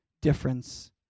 difference